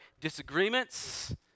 disagreements